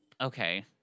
Okay